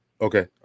Okay